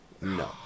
No